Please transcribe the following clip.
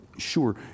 Sure